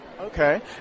Okay